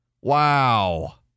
Wow